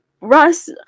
Russ